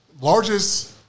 largest